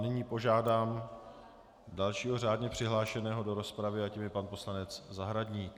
Nyní požádám dalšího řádně přihlášeného do rozpravy a tím je pan poslanec Zahradník.